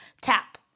tap